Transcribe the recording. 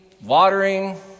watering